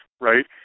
right